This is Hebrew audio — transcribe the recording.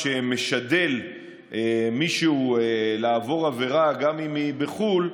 שמשדל מישהו לעבור עבירה, גם אם היא בחו"ל,